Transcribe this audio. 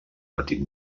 petit